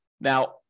Now